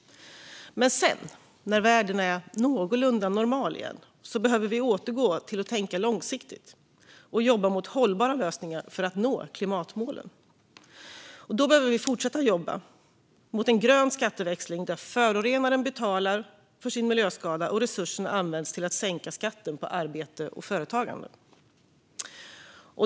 Men sedan, när världen är någorlunda normal igen, behöver vi återgå till att tänka långsiktigt och jobba mot hållbara lösningar för att nå klimatmålen. Då behöver vi fortsätta att jobba mot en grön skatteväxling där förorenaren betalar för sin miljöskada och resurserna används till att sänka skatten på arbete och företagande.